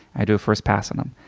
i do a first pass on them.